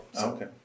Okay